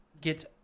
get